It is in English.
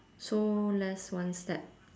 so less one step